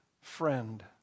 friend